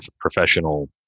professional